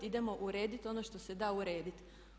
Idemo urediti ono što se da urediti.